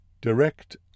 direct